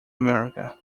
america